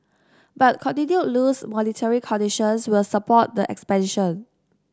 but continued loose monetary conditions will support the expansion